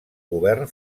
govern